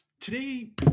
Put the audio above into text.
Today